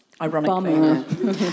ironically